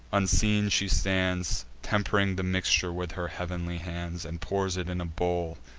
unseen she stands, temp'ring the mixture with her heav'nly hands, and pours it in a bowl,